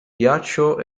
ghiaccio